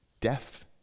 deaf